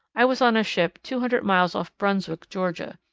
i was on a ship two hundred miles off brunswick, georgia.